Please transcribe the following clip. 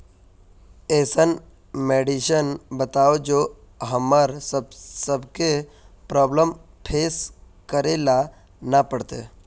ऐसन मेडिसिन बताओ जो हम्मर सबके प्रॉब्लम फेस करे ला ना पड़ते?